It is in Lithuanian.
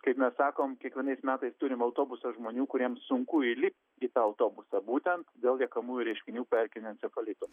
kaip mes sakom kiekvienais metais turim autobusą žmonių kuriems sunku įlipt į tą autobusą būtent dėl liekamųjų reiškinių po erkinio encefalito